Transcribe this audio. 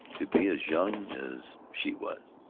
to be as young as she was.